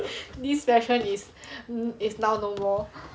this fashion is like now no more